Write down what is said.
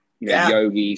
Yogis